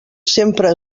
sempre